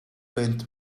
paint